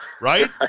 Right